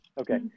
Okay